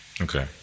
Okay